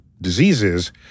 diseases